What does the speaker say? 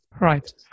Right